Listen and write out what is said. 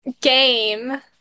game